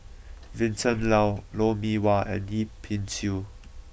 Vincent Leow Lou Mee Wah and Yip Pin Xiu